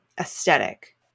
aesthetic